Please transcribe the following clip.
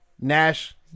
Nash